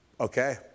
Okay